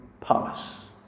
palace